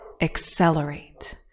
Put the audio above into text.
Accelerate